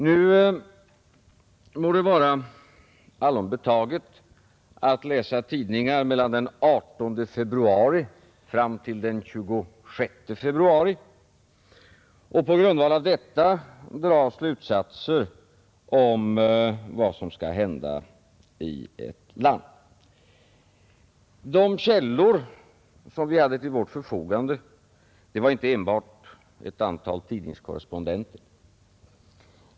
Nu må det vara allom tillåtet att läsa tidningar från den 18 februari fram till den 26 februari och på grundval av detta en av principerna för vapenexport dra slutsatser om vad som skall hända i ett land. De källor som vi hade till vårt förfogande var inte enbart ett antal tidningskorrespondenter.